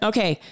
Okay